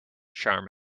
charm